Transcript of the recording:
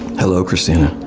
hello, christina.